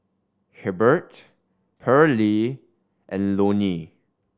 Hebert Paralee and Loney